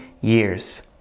years